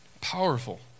Powerful